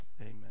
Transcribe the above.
Amen